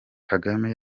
kagame